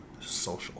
social